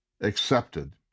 accepted